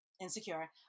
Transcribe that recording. Insecure